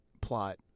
plot